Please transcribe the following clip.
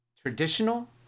traditional